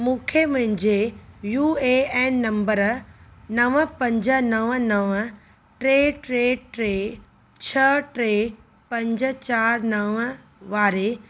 मूंखे मुंहिंजे U A N number नव पंज नव नव टे टे टे छह टे पंज चारि नव वारे